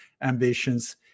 ambitions